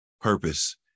purpose